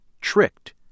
Tricked